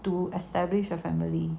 to establish a family